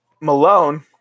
Malone